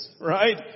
Right